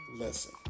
listen